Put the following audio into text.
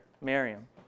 Miriam